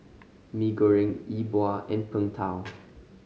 Mee Goreng E Bua and Png Tao